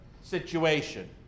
situation